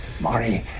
Marty